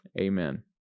amen